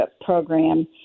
Program